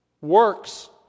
works